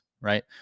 right